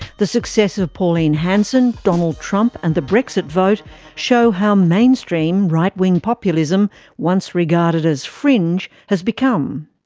the success of pauline hanson, donald trump and the brexit vote show how mainstream right-wing populism once regarded as fringe has become.